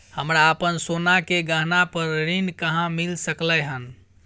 हमरा अपन सोना के गहना पर ऋण कहाॅं मिल सकलय हन?